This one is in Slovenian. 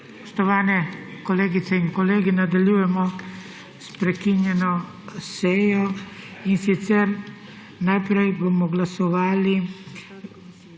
Spoštovani kolegice in kolegi, nadaljujemo s prekinjeno sejo. Najprej bomo glasovali